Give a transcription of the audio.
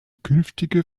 künftige